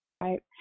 right